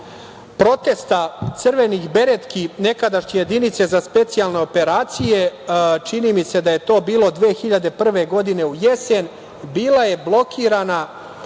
protesta crvenih beretki, nekadašnje jedinice za specijalne operacije, čini mi se da je to bilo 2001. godine u jesen, bila je blokirana